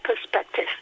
perspective